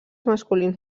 masculins